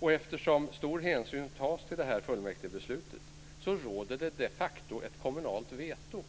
Eftersom stor hänsyn tas till det här fullmäktigebeslutet råder de facto ett kommunalt veto.